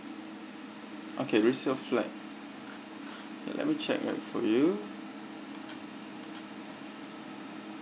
okay resale flat let me check that for you